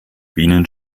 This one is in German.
bienen